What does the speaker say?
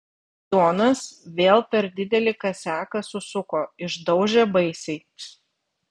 jonas vėl per didelį kasiaką susuko išdaužė baisiai